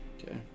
Okay